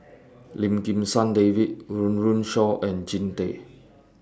Lim Kim San David Run Run Shaw and Jean Tay